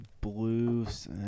Blues